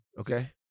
Okay